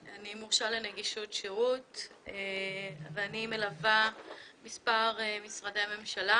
אני מורשה לנגישות שירות ואני מלווה מספר משרדי ממשלה